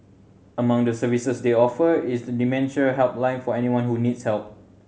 among the services they offer is a dementia helpline for anyone who needs help